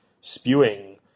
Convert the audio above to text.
spewing